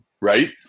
Right